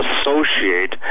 associate